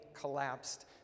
collapsed